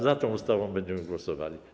Za tą ustawą będziemy głosowali.